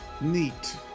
Neat